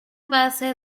base